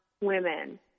women